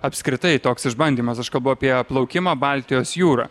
apskritai toks išbandymas aš kalbu apie plaukimą baltijos jūra